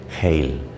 Hail